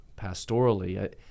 pastorally